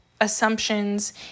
assumptions